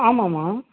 ஆமாம்மா